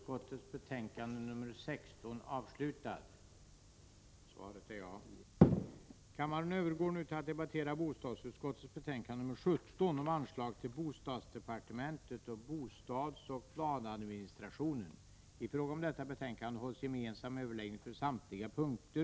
Kammaren övergår nu till att debattera bostadsutskottets betänkande 17 om anslag till bostadsdepartementet och bostadsoch planadministrationen. I fråga om detta betänkande hålls gemensam överläggning för samtliga punkter.